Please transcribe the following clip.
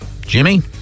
Jimmy